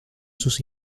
sus